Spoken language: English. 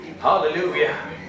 Hallelujah